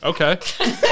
Okay